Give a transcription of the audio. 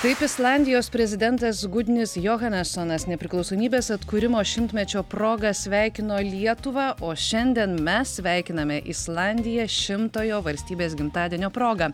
kaip islandijos prezidentas gudnis johanesonas nepriklausomybės atkūrimo šimtmečio proga sveikino lietuvą o šiandien mes sveikiname islandiją šimtojo valstybės gimtadienio proga